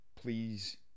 Please